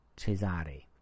Cesare